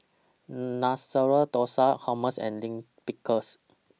Masala Dosa Hummus and Lime Pickle